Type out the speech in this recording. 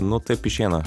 nu taip išeina